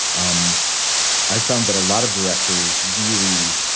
um i found that a lot of directors really